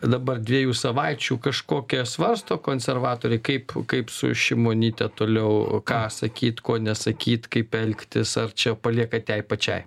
dabar dviejų savaičių kažkokią svarsto konservatoriai kaip kaip su šimonyte toliau ką sakyt ko nesakyt kaip elgtis ar čia paliepėt jai pačiai